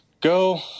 go